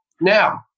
Now